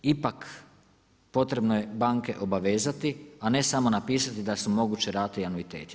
Ipak potrebno je banke obavezati, a ne samo napisati da su moguće rate i anuiteti.